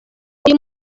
uyu